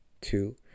two